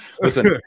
Listen